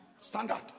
Standard